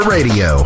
Radio